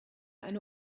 eine